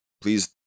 please